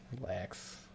Relax